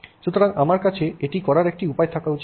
সুতরাং আমার কাছে এটি করার একটি উপায় থাকা উচিত